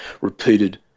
repeated